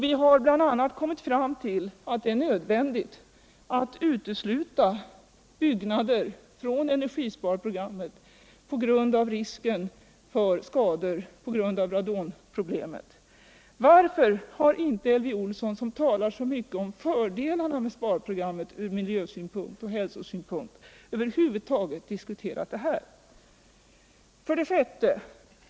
Vi har bl.a. kommit fram till att det är nödvändigt att utesluta vissa byggnader från åtgärder i energisparprogrammet av typ tätning på grund av risken för skador från radon. Varför har inte Elvy Olsson, som talar så mycket om fördelarna med sparprogrammet ur miljö och hälsosynpunkt, över huvud taget diskuterat detta? 6.